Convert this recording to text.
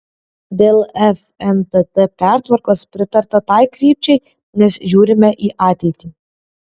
dėl fntt pertvarkos pritarta tai krypčiai nes žiūrime į ateitį